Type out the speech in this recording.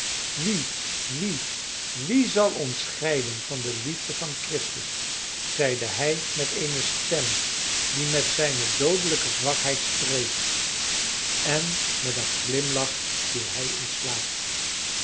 een overwinnaar wie wie wie zal ons scheiden van de liefde van christus zeide hij met eene stem die met zijne doodelijke zwakheid streed en met een glimlach viel hij in slaap